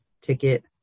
ticket